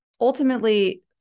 ultimately